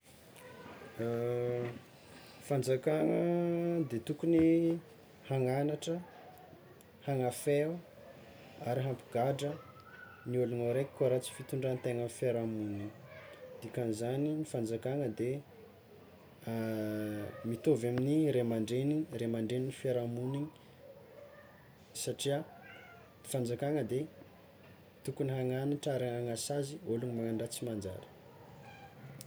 Fanjakana de tokony hagnanatra hagnafeo ary hampigadra ny ologno araiky koa ratsy fitondrantena amin'ny fiarahamoniny, dikan'izany ny fanjakana de mitovy amin'ny ray aman-dreny ray aman-drenin'ny fiarahamoniny satria fanjakana de tokony hananatra ary hanasazy ologno magnano raha tsy manjary.